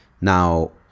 Now